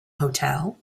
hotel